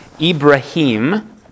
Ibrahim